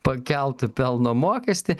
pakeltų pelno mokestį